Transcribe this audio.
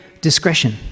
discretion